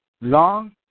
long